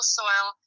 soil